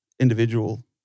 individual